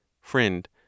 Friend